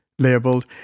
Labeled